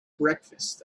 breakfast